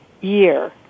year